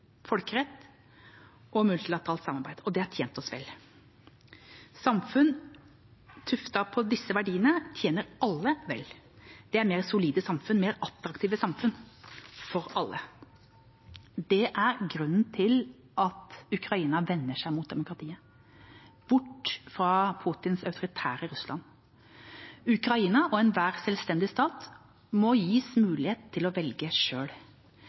folkerett og multilateralt samarbeid, og det har tjent oss vel. Samfunn tuftet på disse verdiene tjener alle vel. Det er mer solide samfunn, mer attraktive samfunn, for alle. Det er grunnen til at Ukraina vender seg mot demokratiet, bort fra Putins autoritære Russland. Ukraina – og enhver selvstendig stat – må gis mulighet til å velge